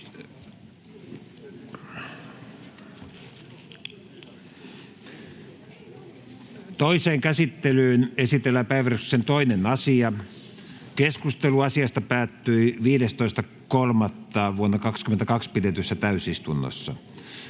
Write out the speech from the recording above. Toiseen käsittelyyn esitellään päiväjärjestyksen 2. asia. Keskustelu asiasta päättyi 15.3.2022 pidetyssä täysistunnossa.